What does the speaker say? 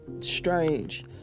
strange